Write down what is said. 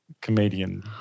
comedian